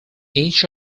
each